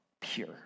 pure